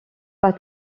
pas